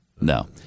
No